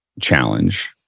challenge